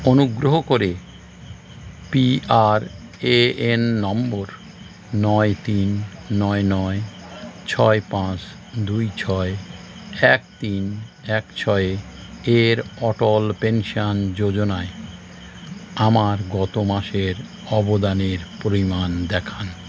অনুগ্রহ করে P R A N নম্বর নয় তিন নয় নয় ছয় পাঁচ দুই ছয় এক তিন এক ছয় এর অটল পেনশন যোজনায় আমার গত মাসের অবদানের পরিমাণ দেখান